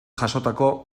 jasotako